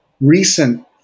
recent